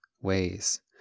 ways